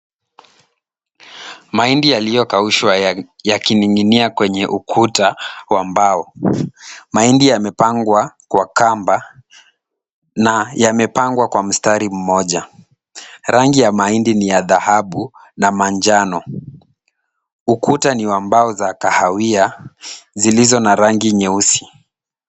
Mahindi yaliyokaushwa yakining'inia kwenye ukuta wa mbao. Mahindi yamepangwa kwa kamba na yamepangwa kwa mstari mmoja. Rangi ya mahindi ni ya dhahabu na manjano. Ukuta ni wa mbao za kahawia zilizo na rangi nyeusi.